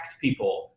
people